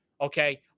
Okay